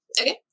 Okay